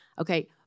Okay